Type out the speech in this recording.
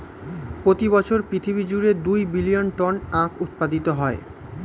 প্রতি বছর পৃথিবী জুড়ে দুই বিলিয়ন টন আখ উৎপাদিত হয়